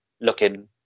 looking